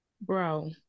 Bro